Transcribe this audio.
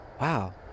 wow